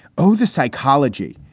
oh, the psychology.